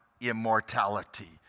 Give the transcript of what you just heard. immortality